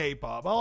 K-pop